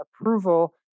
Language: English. approval